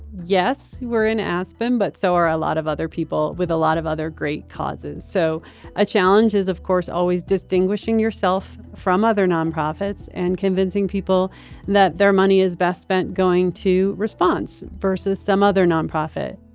yes, you were in aspen, but so are a lot of other people with a lot of other great causes. so a challenge is, of course, always distinguishing yourself from other nonprofits and convincing people that their money is best spent going to response versus some other nonprofit